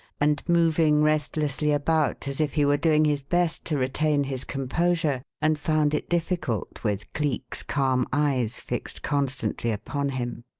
and moving restlessly about as if he were doing his best to retain his composure and found it difficult with cleek's calm eyes fixed constantly upon him.